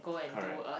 correct